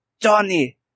Johnny